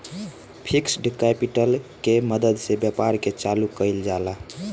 fixed capital के मदद से व्यापार के चालू कईल जाला